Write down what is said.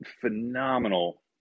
phenomenal